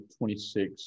26